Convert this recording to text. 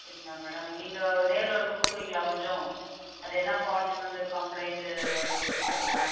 சரிங்களா மேடம் நீங்கள் நேரில் வந்து கொடுக்குறீங்களா கொஞ்சம் அது என்ன ஃபால்ட்டுன்னு வந்து கம்ப்ளைன்ட்டு வந்து கொடுத்துருங்க